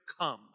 come